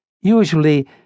Usually